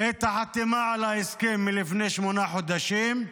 את החתימה על ההסכם מלפני שמונה חודשים,